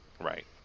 Right